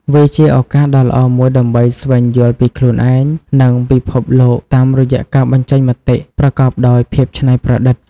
វាជាឱកាសដ៏ល្អមួយដើម្បីស្វែងយល់ពីខ្លួនឯង និងពិភពលោកតាមរយៈការបញ្ចេញមតិប្រកបដោយភាពច្នៃប្រឌិត។